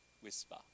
whisper